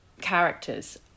characters